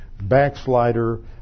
backslider